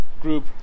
group